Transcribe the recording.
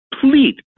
complete